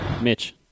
Mitch